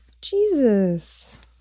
Jesus